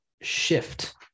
shift